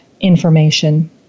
information